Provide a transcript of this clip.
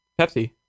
Pepsi